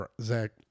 Zach